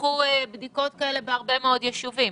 פתחו בדיקות כאלה בהרבה מאוד יישובים.